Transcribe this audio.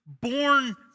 born